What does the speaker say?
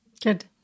Good